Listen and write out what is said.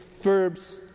verbs